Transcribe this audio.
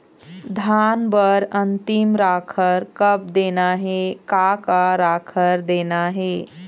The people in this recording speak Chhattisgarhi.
धान बर अन्तिम राखर कब देना हे, का का राखर देना हे?